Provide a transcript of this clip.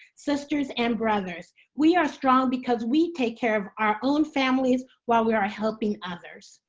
sisters, and brothers. we are strong because we take care of our own families while we are helping others.